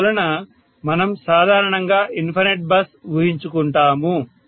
అందువలన మనం సాధారణంగా ఇన్ఫనైట్ బస్ ఊహించుకుంటాము